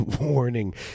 Warning